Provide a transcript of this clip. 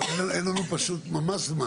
ותכף נגיע גם לשאלה למה יש רק מפעיל אחד וכו'.